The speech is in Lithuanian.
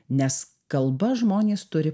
nes kalba žmonės turi